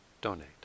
donate